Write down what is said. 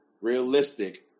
realistic